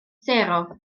sero